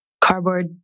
cardboard